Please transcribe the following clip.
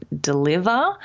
deliver